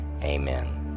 amen